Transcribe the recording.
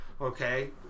Okay